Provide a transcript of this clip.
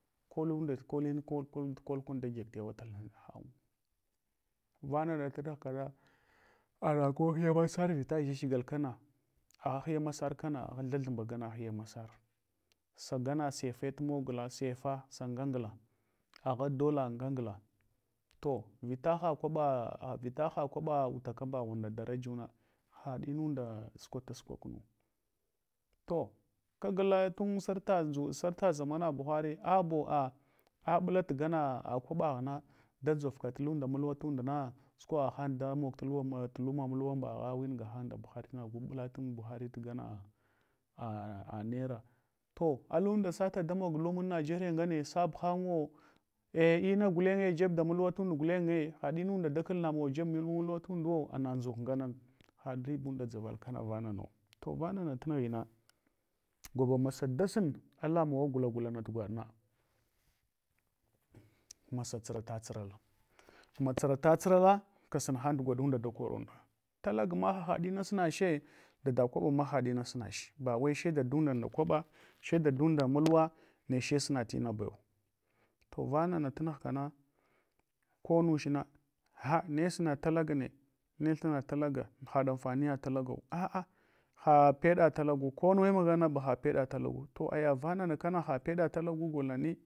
dagyig tewa tala nda nahan wu. Vanana tanaghkana, ang ko hiyana sura vita gyagyigal kana, agha hiya masarfana thathumba gana huya masar, sagana sefe tumogla sefa sa ngangla, agha dollar ngangla to vitaha kwaɓa kwaɓa utaka mbaghun nda danku haɗinunda sukwata sukwa kunu. To kagla tun sarta ndʒu sarta zamana buhari, abo a ablat gana kwabaghna dadʒorka tunda mulwa tundna sukwagha hem da mog luma mulwan mbagha win gahan nda buhari- gu bulatan buhari gama naira. To allunda sala damog lumun nigeria ngne, sahanwo ei inagulenye jeb da mulwa tund gulenya hadnund dakal namawa jeb da mulwa tunduwo, ama aʒuk nganana haɗ ribunda dʒavəl vananu. To vanana tanghina gwaba masa dasun lamawa gula gulana gwaɗna. masa tsurata tsural matsurata tsurala kasunhan gwaɗunda da koruhdha. Talagama hahaɗ inasunche dada kwaɓama hahaɗ ma sunache. Bawai sai dadunda nda kwaɓa sai dadunda mulwa neche sunatingba. To vanana tumghkana, konuchna gha nesun talagane, ne thuna talaga, haɗ amfamya talagau. A’a ba peɗa talagaw konuwe migulna ha peɗa talagau. To aya vanana kana hapeɗa talagu golnani.